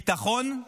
ביטחון,